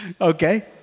Okay